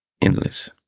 endless